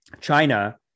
China